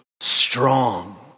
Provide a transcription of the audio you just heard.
strong